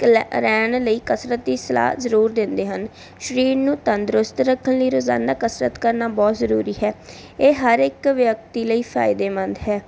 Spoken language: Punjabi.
ਕਲੈ ਰਹਿਣ ਲਈ ਕਸਰਤ ਦੀ ਸਲਾਹ ਜ਼ਰੂਰ ਦਿੰਦੇ ਹਨ ਸਰੀਰ ਨੂੰ ਤੰਦਰੁਸਤ ਰੱਖਣ ਲਈ ਰੋਜ਼ਾਨਾ ਕਸਰਤ ਕਰਨਾ ਬਹੁਤ ਜ਼ਰੂਰੀ ਹੈ ਇਹ ਹਰ ਇੱਕ ਵਿਅਕਤੀ ਲਈ ਫਾਇਦੇਮੰਦ ਹੈ